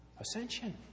ascension